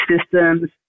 systems